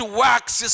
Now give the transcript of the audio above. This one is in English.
works